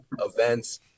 events